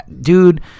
Dude